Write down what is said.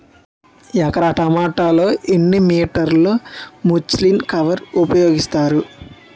ఎకర టొమాటో లో ఎన్ని మీటర్ లో ముచ్లిన్ కవర్ ఉపయోగిస్తారు?